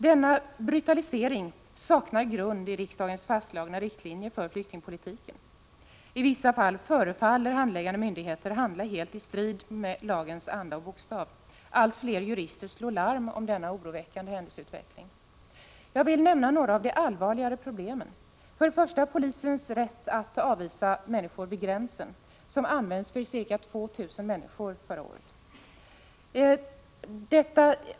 Denna brutalisering saknar grund i de av riksdagen fastslagna riktlinjerna för flyktingpolitiken. I vissa fall förefaller handläggande myndigheter handla helt i strid med lagens anda och bokstav. Allt fler jurister slår larm om denna oroväckande händelseutveckling. Jag vill nämna några av de allvarligare problemen. För det första gäller det polisens rätt att avvisa människor vid gränsen, vilken tillämpades för ca 2 000 människor förra året.